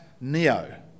Neo